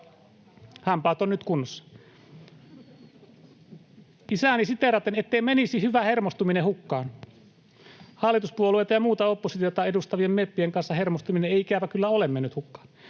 Hampaat ovat nyt kunnossa. Isääni siteeraten: ”ettei menisi hyvä hermostuminen hukkaan”. Hallituspuolueita ja muuta oppositiota edustavien meppien kanssa hermostuminen ei ikävä kyllä ole mennyt hukkaan.